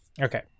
Okay